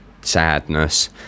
sadness